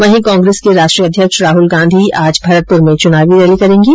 वहीं कांग्रेस के राष्ट्रीय अध्यक्ष राहुल गांधी भी आज भरतपुर में चुनावी रैली करेंगे